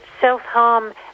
self-harm